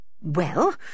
Well